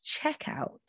checkout